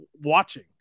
watching